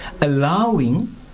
allowing